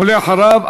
ואחריו,